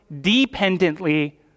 dependently